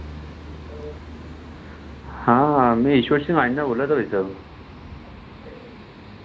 हाँ मैं ईश्वर सिंह वांडा बोल रहा था भाई साहब